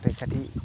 रैखाथि